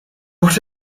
what